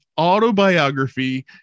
autobiography